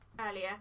earlier